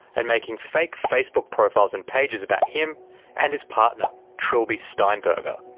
and making fake facebook profiles and pages about him and his partner, trilby steinberger.